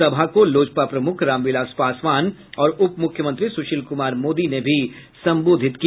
सभा को लोजपा प्रमुख रामविलास पासवान और उप मुख्यमंत्री सुशील कुमार मोदी ने भी संबोधित किया